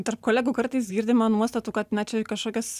tarp kolegų kartais girdima nuostatų kad na čia kažkokias